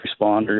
responders